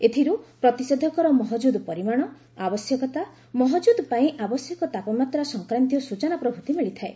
ଏଥିରୁ ପ୍ରତିଷେଧକର ମହକୁଦ ପରିମାଣ ଆବଶ୍ୟକତା ମହକୁଦ ପାଇଁ ଆବଶ୍ୟକ ତାପମାତ୍ରା ସଂକ୍ରାନ୍ତୀୟ ସ୍ଚଚନା ପ୍ରଭୂତି ମିଳିଥାଏ